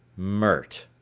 mert.